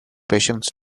patients